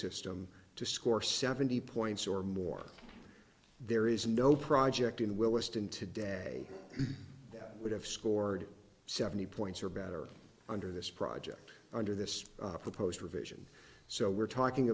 system to score seventy points or more there is no project in willesden today that would have scored seventy points or better under this project under this proposed revision so we're talking